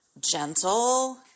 gentle